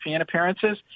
appearances